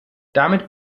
damit